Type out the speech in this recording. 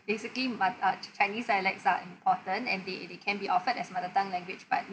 basically mo~ uh chinese dialects are important and they they can be offered as mother tongue language but